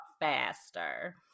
faster